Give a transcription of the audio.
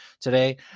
today